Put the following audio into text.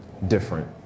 different